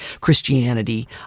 Christianity